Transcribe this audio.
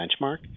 benchmark